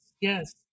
Yes